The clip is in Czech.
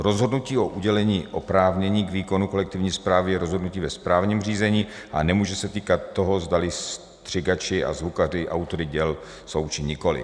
Rozhodnutí o udělení oprávnění k výkonu kolektivní správy je rozhodnutí ve správním řízení a nemůže se týkat toho, zdali střihači a zvukaři autory děl jsou, či nikoli.